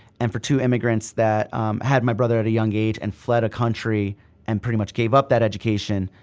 and for two immigrants that had my brother at a young age and fled a country and pretty much gave up that education,